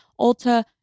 Ulta